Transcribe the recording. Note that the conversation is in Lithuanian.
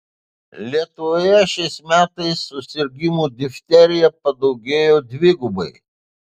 lietuvoje šiais metais susirgimų difterija padaugėjo dvigubai